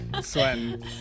sweating